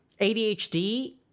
ADHD